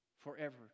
forever